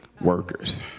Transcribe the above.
Workers